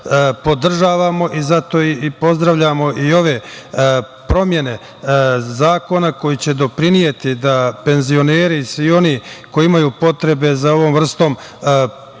i zato i pozdravljamo i ove promene zakona koji će doprineti da penzioneri i svi oni koji imaju potrebe za ovom vrstom pomoći